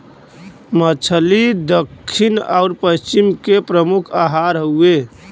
मछली दक्खिन आउर पश्चिम के प्रमुख आहार हउवे